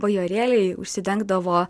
bajorėliai užsidengdavo